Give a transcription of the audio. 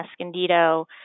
Escondido